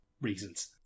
reasons